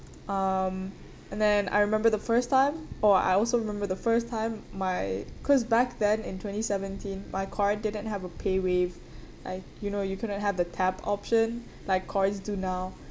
um and then I remember the first time or I also remember the first time my because back then in twenty seventeen my card didn't have a paywave Iike you know you couldn't have the tap option like cards do now